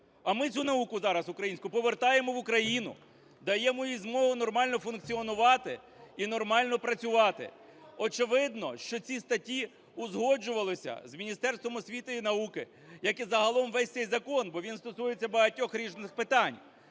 А ми цю науку зараз, українську, повертаємо в Україну, даємо їй змогу нормально функціонувати і нормально працювати. Очевидно, що ці статті узгоджувалися з Міністерством освіти і науки, як і загалом весь цей закон, бо він стосується багатьох різних питань.